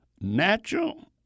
natural